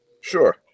Sure